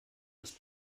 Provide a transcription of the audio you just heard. ist